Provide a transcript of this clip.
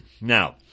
Now